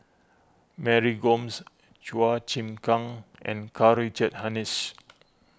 Mary Gomes Chua Chim Kang and Karl Richard Hanitsch